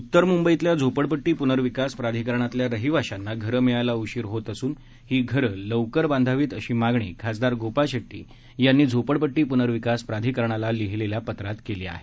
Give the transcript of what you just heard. उत्तर म्ंबईतल्या झोपडपट्टी प्नर्विकास प्राधिकरणातल्या रहिवाशांना घरं मिळायला उशीर होत असून ही घरं लवकर बांधावीत अशी मागणी खासदार गोपाळ शेट्टी यांनी झोपडपट्टी प्नर्विकास प्राधिकरणाला लिहिलेल्या पत्रात केली आहे